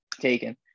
taken